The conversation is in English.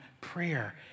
prayer